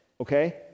Okay